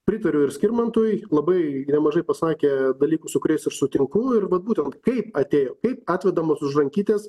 pritariu ir skirmantui labai nemažai pasakė dalykų su kuriais aš sutinku ir vat būtent kai atėjo kaip atvedamas už rankytės